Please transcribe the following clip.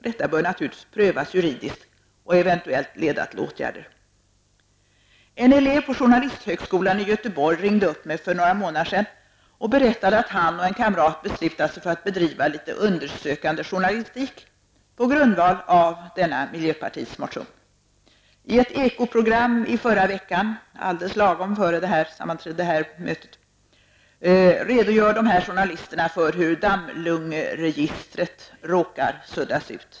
Detta bör naturligtvis prövas juridiskt och eventuellt leda till åtgärder. En elev på Journalisthögskolan i Göteborg ringde upp mig för några månader sedan och berättade att han och en kamrat beslutat sig för att bedriva litet undersökande journalistik på grundval av denna miljöpartiets motion. I ett Ekoprogram i förra veckan, alldeles lagom före det här sammanträdet, redogör dessa journalister för hur dammlungeregistret råkar suddas ut.